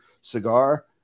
cigar